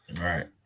Right